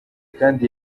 kandi